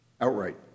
outright